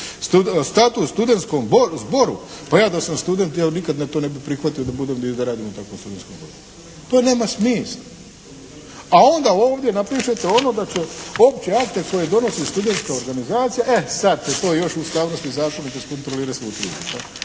statut studenskom zboru. Pa ja da sam student ja nikad ne bi to prihvatio da budem i da radim u takvom studenskom zboru. To nema smisla. A onda ovdje napišete ono ga će, opće akte koje donosi studenska organizacija e sad se to još ustavnost i zakonitost kontrolira sveučilišta.